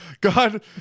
God